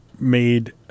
made